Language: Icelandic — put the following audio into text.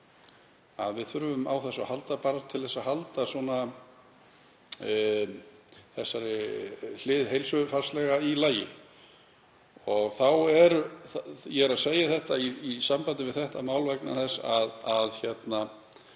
að við þurfum á því að halda bara til að halda þessari hlið heilsufarslega í lagi. Ég er að segja þetta í sambandi við þetta mál vegna þess að hér